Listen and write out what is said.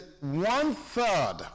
one-third